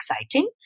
exciting